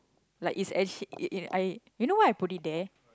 like it's actually it it I you know why I put it there